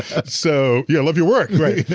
so, yeah, love your work, right.